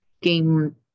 game